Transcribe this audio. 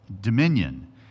dominion